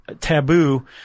taboo